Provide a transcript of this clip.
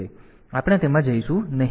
તેથી આપણે તેમાં જઈશું નહીં